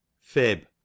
Fib